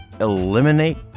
eliminate